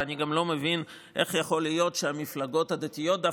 ואני גם לא מבין איך יכול להיות שהמפלגות הדתיות דווקא,